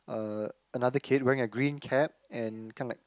uh another kid wearing a green cap and kinda like